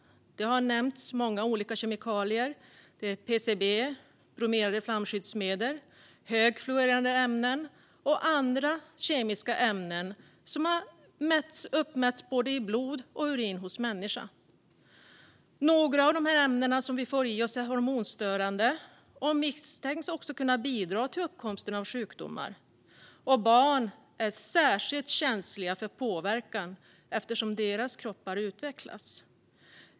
PCB, bromerade flamskyddsmedel, högfluorerade ämnen och andra kemiska ämnen har uppmätts i både blod och urin hos människor. Några av de ämnen som vi får i oss är hormonstörande och misstänks kunna bidra till uppkomsten av sjukdomar. Barn är särskilt känsliga för påverkan eftersom deras kroppar utvecklas.